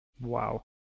Wow